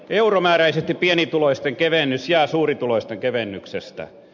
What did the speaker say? euromääräisesti pienituloisten kevennys jää suurituloisten kevennyksestä